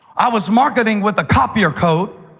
i was marketing with a copier code.